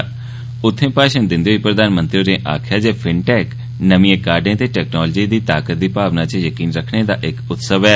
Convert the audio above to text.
किट्ठ अग्गे भाषण दिंदे होई प्रधानमंत्री होरें आखेआ जे फिनटैक नमिएं काह्डें ते टेक्नोलाजी दी ताकत दी भावना च यकीन रक्खने दा इक उत्सव ऐ